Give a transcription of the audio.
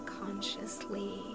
consciously